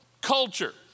culture